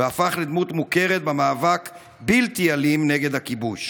והפך לדמות מוכרת במאבק בלתי אלים נגד הכיבוש